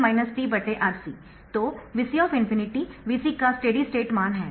तो Vc ∞ Vc का steady state मान है